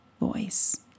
voice